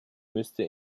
müsste